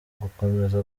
gukomeza